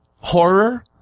horror